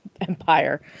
Empire